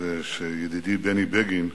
ושידידי בני בגין,